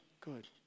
good